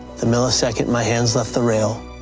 the millisecond my hands left the rail,